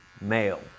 male